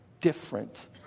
different